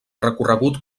recorregut